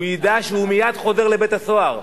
הוא ידע שהוא מייד חוזר לבית-הסוהר.